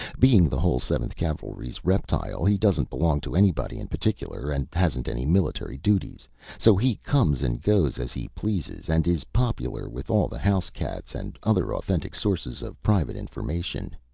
being the whole seventh cavalry's reptile, he doesn't belong to anybody in particular, and hasn't any military duties so he comes and goes as he pleases, and is popular with all the house cats and other authentic sources of private information.